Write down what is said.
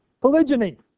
Polygyny